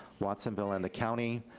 watsonville, and the county.